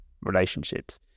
relationships